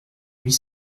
huit